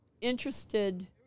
interested